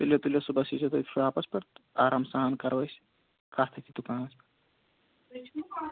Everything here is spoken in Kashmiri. تُلِو تُلِو صُبحَس یٖیزیو تُہۍ شاپَس پٮ۪ٹھ تہٕ آرام سان کرو أسۍ کَتھ ییٚتی دُکانَس پٮ۪ٹھ